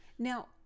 Now